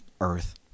Earth